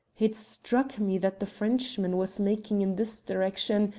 it struck me that the frenchman was making in this direction,